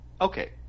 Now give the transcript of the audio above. Okay